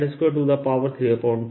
z z R r